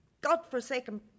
godforsaken